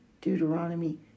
Deuteronomy